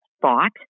thought